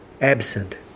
absent